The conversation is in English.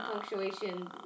punctuation